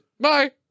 bye